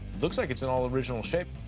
looks like it's in all original shape.